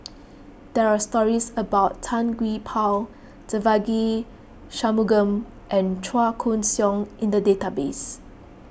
there are stories about Tan Gee Paw Devagi Sanmugam and Chua Koon Siong in the database